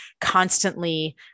constantly